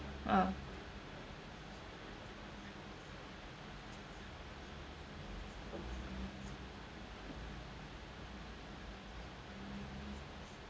ah